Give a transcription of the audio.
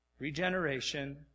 Regeneration